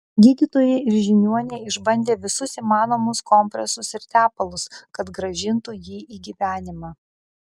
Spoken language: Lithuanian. gydytojai ir žiniuoniai išbandė visus įmanomus kompresus ir tepalus kad grąžintų jį į gyvenimą